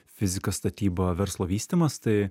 fizika statyba verslo vystymas tai